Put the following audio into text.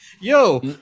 Yo